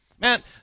Man